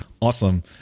Awesome